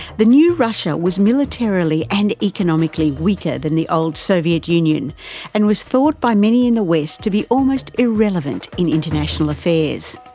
the new russia was militarily and economically weaker than the old soviet union and was thought by many in the west to be almost irrelevant in international affairs.